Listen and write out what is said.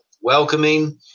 welcoming